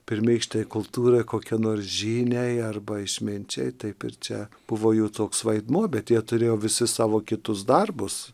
pirmykštėj kultūroj kokie nors žyniai arba išminčiai taip ir čia buvo jų toks vaidmuo bet jie turėjo visi savo kitus darbus